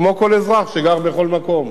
כמו כל אזרח שגר בכל מקום.